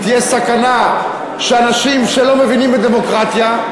תהיה סכנה שאנשים שלא מבינים בדמוקרטיה,